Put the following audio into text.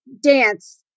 dance